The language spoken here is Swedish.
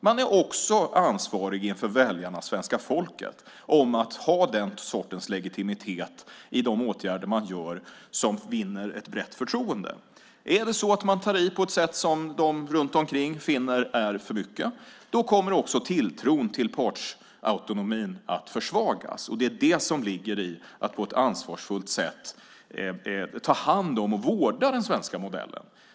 Man är också ansvarig inför väljarna, svenska folket, om att ha den sortens legitimitet i de åtgärder man genomför som vinner ett brett förtroende. Är det så att man tar i på ett sätt som de runt omkring finner är för mycket kommer också tilltron till partsautonomin att försvagas, och det är det som ligger i att på ett ansvarsfullt sätt ta hand om och vårda den svenska modellen.